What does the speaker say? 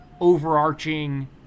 overarching